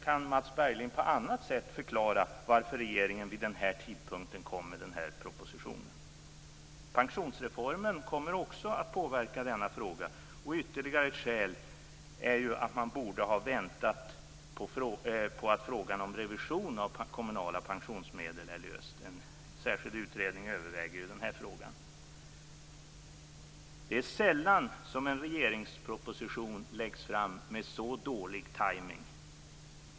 Kan Mats Berglind på annat sätt förklara varför regeringen vid den här tidpunkten kom med den här propositionen? Pensionsreformen kommer också att påverka denna fråga. Ytterligare ett skäl är att man borde ha väntat tills frågan om revision av kommunala pensionsmedel är löst. En särskild utredningen överväger ju den frågan. Det är sällan som en regeringsproposition läggs fram med så dålig tajmning.